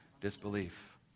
disbelief